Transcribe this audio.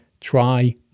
try